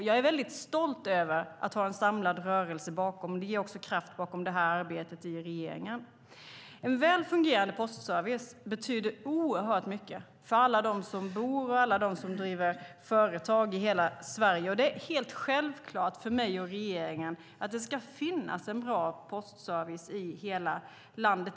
Jag är stolt över att det finns en samlad rörelse bakom detta, och det ger kraft för arbetet i regeringen. En väl fungerande postservice betyder oerhört mycket för alla dem som bor och driver företag i hela Sverige. Det är helt självklart för mig och regeringen att det ska finnas en bra postservice i hela landet.